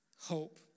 hope